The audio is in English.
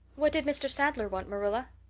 what did mr. sadler want, marilla?